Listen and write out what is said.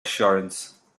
assurance